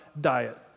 diet